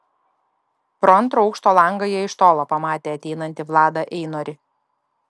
pro antro aukšto langą jie iš tolo pamatė ateinantį vladą einorį